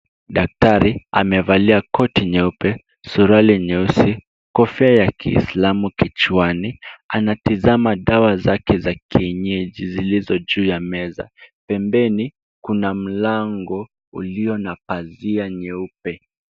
Daktari amevalia koti nyeupe, suruali nyeusi, kofia ya kiislamu kichwani, anatazama dawa zake za kienyeji zilizo juu ya meza. Pembeni kuna mlango ulio na pazia nyeupe.